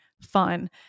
fun